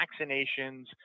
vaccinations